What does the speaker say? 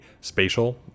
spatial